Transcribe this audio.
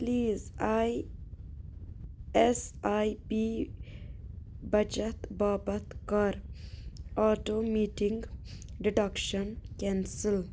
please I S I P بچَت باپتھ کَر آٹومیٹِنٛگ ڈِڈَکشن کٮ۪نسٕل